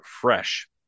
fresh